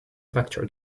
vector